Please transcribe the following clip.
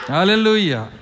Hallelujah